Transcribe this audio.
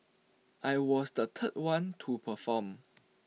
I was the third one to perform